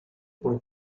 pode